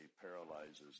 paralyzes